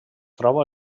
troba